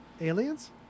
Aliens